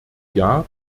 jahr